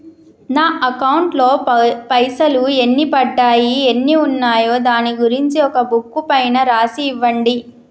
నా అకౌంట్ లో పైసలు ఎన్ని పడ్డాయి ఎన్ని ఉన్నాయో దాని గురించి ఒక బుక్కు పైన రాసి ఇవ్వండి?